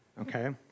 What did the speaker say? Okay